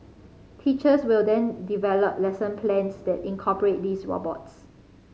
teachers will then develop lesson plans that incorporate these robots